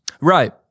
Right